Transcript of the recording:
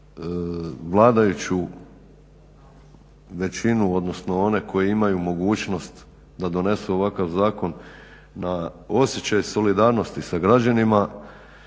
vladajuću većinu, odnosno one koji imaju mogućnost da donesu ovakav zakon na osjećaj solidarnosti sa građanima